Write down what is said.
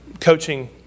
coaching